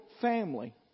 family